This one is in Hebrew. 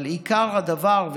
אבל עיקר הדבר,